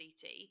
CT